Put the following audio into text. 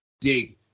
dig